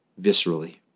viscerally